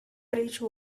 bridge